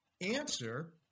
Answer